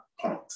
point